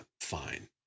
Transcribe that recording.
Fine